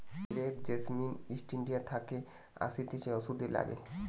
crepe jasmine East India থাকে আসতিছে ওষুধে লাগে